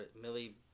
Millie